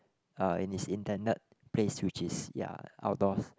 uh in its intended place which is ya outdoors